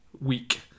week